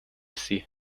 sie